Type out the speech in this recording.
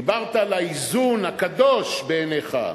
דיברת על האיזון, הקדוש בעיניך,